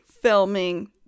filming